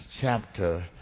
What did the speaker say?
chapter